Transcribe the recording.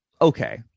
okay